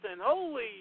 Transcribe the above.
Holy